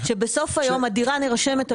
שבסוף היום הדירה נרשמת על שם יחיד והוא פטור על הכל.